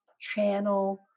channel